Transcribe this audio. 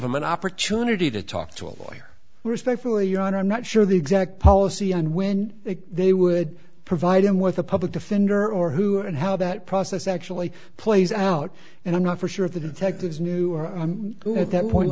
him an opportunity to talk to a lawyer respectfully you know and i'm not sure the exact policy and when they would provide him with a public defender or who and how that process actually plays out and i'm not for sure the detectives knew at that point